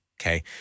okay